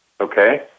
Okay